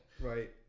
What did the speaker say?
Right